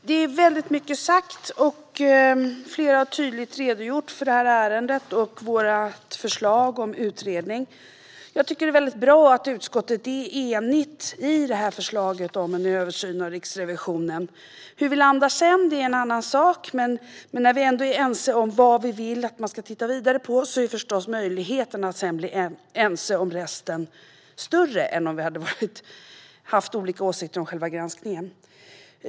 Herr talman! Väldigt mycket har sagts. Flera har redogjort tydligt för ärendet och vårt förslag om utredning. Jag tycker att det är bra att utskottet är enigt om förslaget om en översyn av Riksrevisionen. Var vi kommer att landa senare är en annan sak. Men eftersom vi är ense om vad vi vill att man ska titta vidare på är möjligheterna för att senare bli ense om resten större än om vi hade haft olika åsikter om själva granskningen.